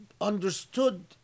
understood